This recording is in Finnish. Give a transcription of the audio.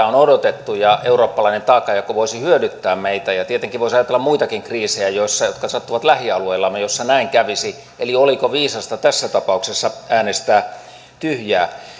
on odotettu ja eurooppalainen taakanjako voisi hyödyttää meitä tietenkin voisi ajatella muitakin kriisejä jotka sattuvat lähialueillamme joissa näin kävisi oliko viisasta tässä tapauksessa äänestää tyhjää